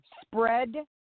Spread